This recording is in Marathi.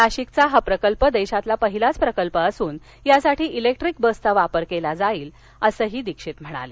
नाशिकचा हा प्रकल्प देशातला पहिला प्रकल्प असून यासाठी इलेक्ट्रिक बसचा वापर केला जाईल असंही दीक्षित म्हणाले